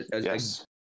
Yes